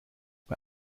bei